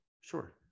sure